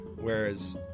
whereas